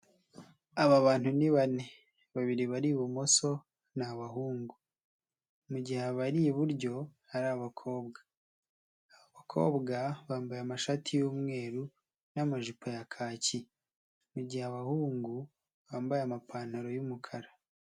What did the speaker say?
Aba bantu ni bane babiri bari ibumoso ni abahungu. Mu gihe abari iburyo ari abakobwa. Abakobwa bambaye amashati y'umweru n'amajipo ya kaki. Mu gihe abahungu bambaye amapantaro y'umukara.